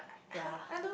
ya